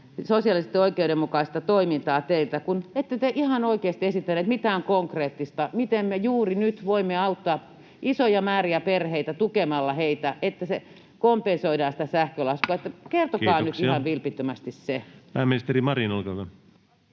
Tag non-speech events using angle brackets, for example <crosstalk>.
sosiaalisesti oikeudenmukaista toimintaa teiltä, kun ette te ihan oikeasti esittäneet mitään konkreettista, miten me juuri nyt voimme auttaa isoja määriä perheitä tukemalla heitä niin, että kompensoidaan sitä sähkölaskua? <noise> Kertokaa nyt ihan vilpittömästi se. Kiitoksia. — Pääministeri Marin, olkaa hyvä.